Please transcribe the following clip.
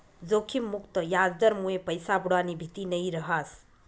जोखिम मुक्त याजदरमुये पैसा बुडानी भीती नयी रहास